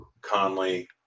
Conley